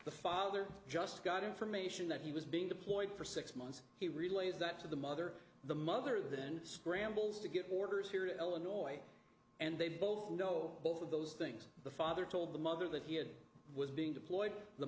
the father just got information that he was being deployed for six months he relays that to the mother the mother than scrambles to get orders here in illinois and they both know both of those things the father told the mother that he had was being deployed the